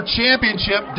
championship